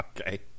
Okay